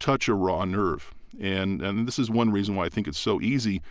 touch a raw nerve and and this is one reason why i think it's so easy